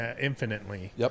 infinitely